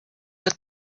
let